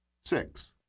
Six